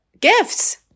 gifts